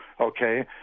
okay